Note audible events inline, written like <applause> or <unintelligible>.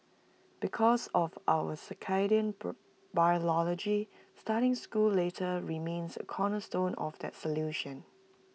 because of our circadian <unintelligible> biology starting school later remains A cornerstone of that solution